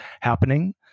happening